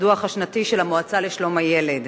הדוח השנתי של המועצה לשלום הילד.